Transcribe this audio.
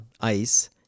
ice